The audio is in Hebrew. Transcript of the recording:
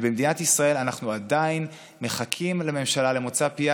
ובמדינת ישראל אנחנו עדיין מחכים למוצא פיה